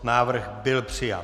Návrh byl přijat.